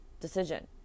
decision